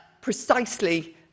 precisely